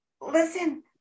listen